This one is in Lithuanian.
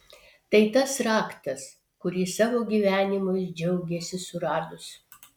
tai tas raktas kurį savo gyvenimui džiaugėsi suradus